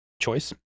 Choice